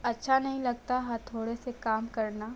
अच्छा नहीं लगता हथौड़े से काम करना